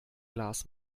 glas